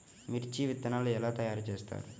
మిర్చి విత్తనాలు ఎలా తయారు చేస్తారు?